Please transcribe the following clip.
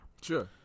Sure